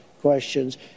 questions